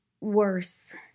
worse